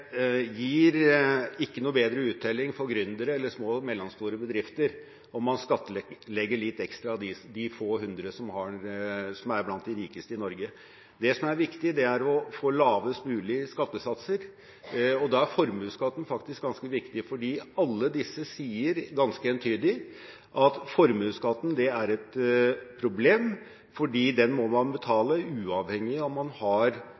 gir ikke noe bedre uttelling for gründere eller for små og mellomstore bedrifter om man skattlegger litt ekstra de få hundre som er blant de rikeste i Norge. Det som er viktig, er å få lavest mulig skattesatser, og da er formuesskatten faktisk ganske viktig. Alle disse sier ganske entydig at formuesskatten er et problem fordi den må man betale, uavhengig av om man har